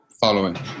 following